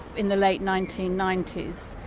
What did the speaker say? in the late nineteen ninety s,